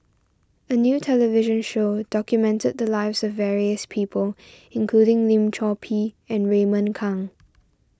a new television show documented the lives of various people including Lim Chor Pee and Raymond Kang